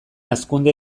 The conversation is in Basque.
hazkunde